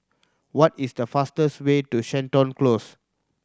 what is the fastest way to Seton Close